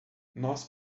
nós